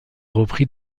repris